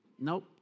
Nope